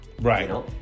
Right